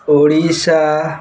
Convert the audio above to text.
Odisha